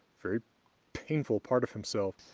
very painful part of himself.